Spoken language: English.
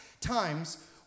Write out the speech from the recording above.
times